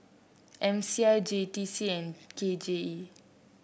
M C I J T C and K J E